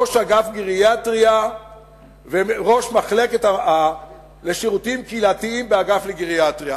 ראש אגף גריאטריה וראש המחלקה לשירותים קהילתיים באגף לגריאטריה.